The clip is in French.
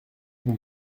mon